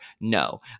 No